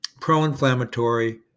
pro-inflammatory